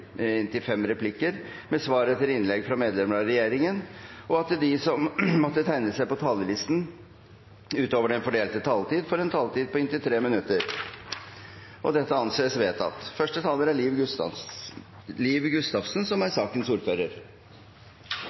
fem replikker med svar etter innlegg fra medlemmer av regjeringen, og at de som måtte tegne seg på talerlisten utover den fordelte taletid, får en taletid på inntil 3 minutter. – Det anses vedtatt. I dag handsamar vi eit forslag til ny grenselov. Formålet er